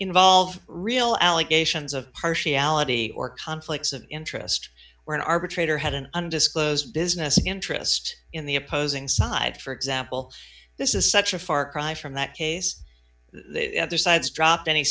involve real allegations of partiality or conflicts of interest where an arbitrator had an undisclosed business interest in the opposing side for example this is such a far cry from that case the other side's dropped any